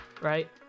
right